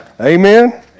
Amen